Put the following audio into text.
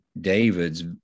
David's